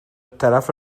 طرف